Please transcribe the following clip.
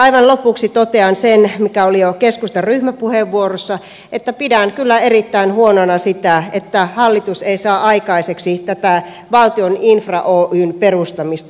aivan lopuksi totean sen mikä oli jo keskustan ryhmäpuheenvuorossa että pidän kyllä erittäin huonona sitä että hallitus ei saa aikaiseksi tätä valtion infra oyn perustamista